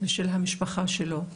של המשפחה שלו,